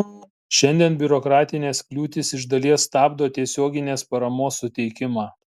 šiandien biurokratinės kliūtys iš dalies stabdo tiesioginės paramos suteikimą